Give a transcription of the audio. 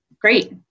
Great